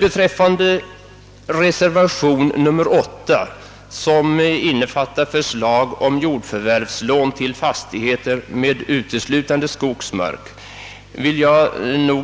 Beträffande reservation nr 8 som innefattar förslag om jordförvärvslån till fastigheter med uteslutande skogsmark vill jag